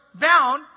down